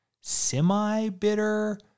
semi-bitter